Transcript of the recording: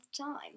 time